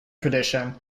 tradition